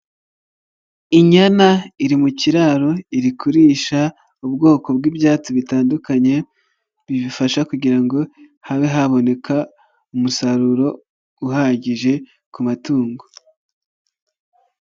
Inyana iri mu kiraro iri kurisha ubwoko bw'ibyatsi bitandukanye bibifasha kugira ngo habe haboneka umusaruro uhagije ku matungo.